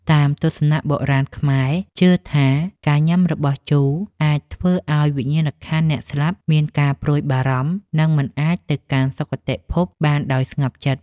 តាមទស្សនៈបុរាណខ្មែរជឿថាការញ៉ាំរបស់ជូរអាចធ្វើឱ្យវិញ្ញាណក្ខន្ធអ្នកស្លាប់មានការព្រួយបារម្ភ និង មិនអាចទៅកាន់សុគតិភពបានដោយស្ងប់ចិត្ត។